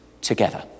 together